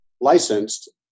licensed